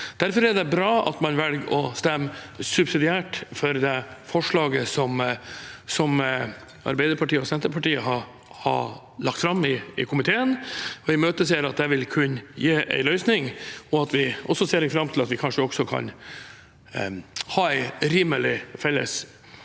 Derfor er det bra at man velger å stemme subsidiært for forslaget som Arbeiderpartiet og Senterpartiet har lagt fram i komiteen, og jeg imøteser at det vil kunne gi en løsning. Vi ser fram til at vi kanskje også kan ha en rimelig felles